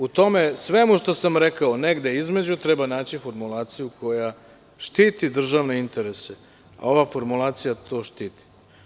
U tome svemu što sam rekao, negde između, treba naći formulaciju koja štiti državne interese, a ova formulacija to štiti.